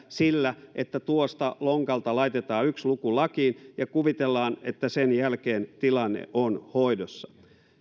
sillä että tuosta lonkalta laitetaan yksi luku lakiin ja kuvitellaan että sen jälkeen tilanne on hoidossa